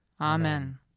Amen